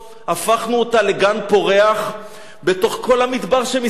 הפכנו אותה לגן פורח בתוך כל המדבר שמסביב.